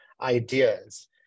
ideas